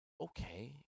okay